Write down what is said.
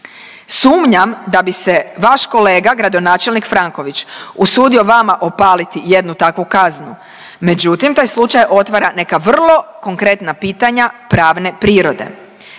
Sumnjam da bi se vaš kolega, gradonačelnik Franković usudio vama opaliti jednu takvu kaznu, međutim, taj slučaj otvara neka vrlo konkretna pitanja pravne prirode.